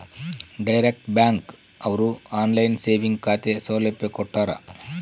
direct bank ಅವ್ರು online saving ಖಾತೆ ಸೌಲಭ್ಯ ಕೊಟ್ಟಾರ